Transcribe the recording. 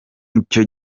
icyo